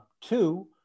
Two